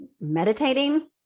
meditating